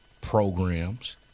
programs